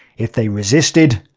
if they resisted,